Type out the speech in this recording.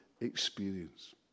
experience